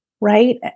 right